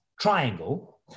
triangle